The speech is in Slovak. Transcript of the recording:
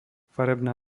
farebná